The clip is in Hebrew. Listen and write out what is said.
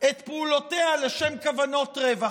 את פעולותיה לשם כוונות רווח.